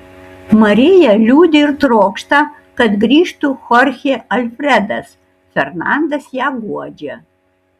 marija liūdi ir trokšta kad grįžtų chorchė alfredas fernandas ją guodžia